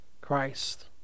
Christ